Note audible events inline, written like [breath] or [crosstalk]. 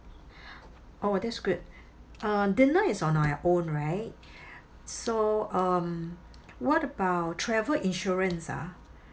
[breath] oh that's good uh dinner is on our own right [breath] so um what about travel insurance ah